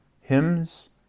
hymns